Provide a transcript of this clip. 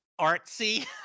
artsy